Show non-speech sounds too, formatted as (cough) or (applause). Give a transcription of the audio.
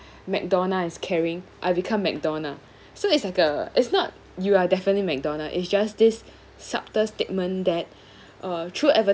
madonna is carrying I become madonna so it's like a it's not you are definitely madonna is just this subtle statement that (breath) uh through